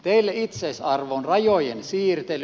teille itseisarvo on rajojen siirtely